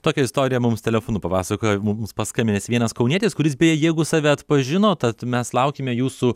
tokią istoriją mums telefonu papasakojo mums paskambinęs vienas kaunietis kuris beje jeigu save atpažino tad mes laukiame jūsų